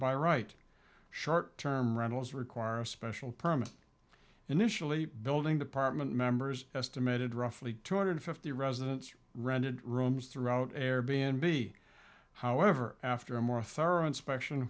by right short term rentals require a special permit initially building department members estimated roughly two hundred fifty residents rented rooms through out air b n b however after a more thorough inspection